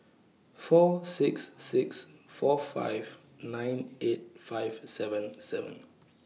four six six four five nine eight five seven seven